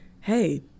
hey